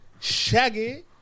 Shaggy